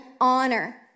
honor